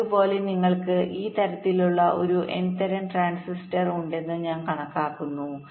പതിവുപോലെ നിങ്ങൾക്ക് ഈ തരത്തിലുള്ള ഒരു N തരം ട്രാൻസിസ്റ്റർ ഉണ്ടെന്ന് ഞാൻ കാണുന്നു